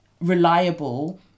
reliable